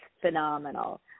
phenomenal